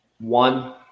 One